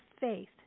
faith